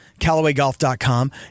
callawaygolf.com